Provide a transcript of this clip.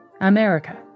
America